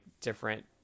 different